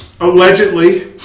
allegedly